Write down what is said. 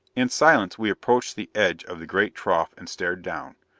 in silence we approached the edge of the great trough and stared down.